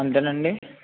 అంతేనా అండి